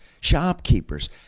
shopkeepers